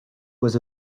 was